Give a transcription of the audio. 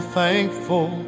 thankful